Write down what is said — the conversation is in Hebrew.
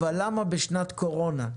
אבל למה בשנת קורונה?